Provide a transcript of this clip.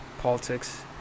politics